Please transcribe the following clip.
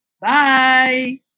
Bye